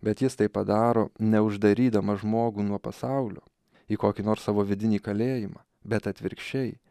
bet jis tai padaro ne uždarydamas žmogų nuo pasaulio į kokį nors savo vidinį kalėjimą bet atvirkščiai